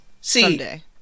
someday